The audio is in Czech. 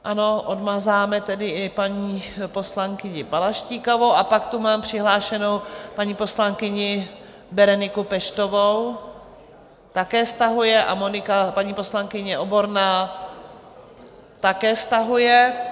Ano, odmažeme tedy i paní poslankyni Balaštíkovou a pak tu mám přihlášenou paní poslankyni Bereniku Peštovou také stahuje a paní poslankyně Oborná také stahuje.